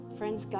friends